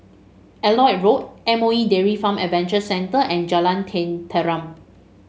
Elliot Road M O E Dairy Farm Adventure Centre and Jalan Tenteram